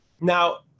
Now